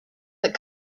that